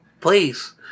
Please